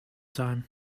time